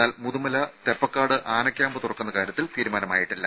എന്നാൽ മുതുമല തെപ്പക്കാട് ആന ക്യാമ്പ് തുറക്കുന്ന കാര്യത്തിൽ തീരുമാനമായിട്ടില്ല